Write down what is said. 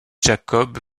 jakob